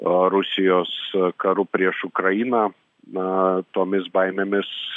rusijos karu prieš ukrainą na tomis baimėmis